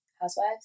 Housewives